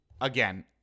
again